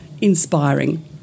inspiring